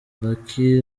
lucky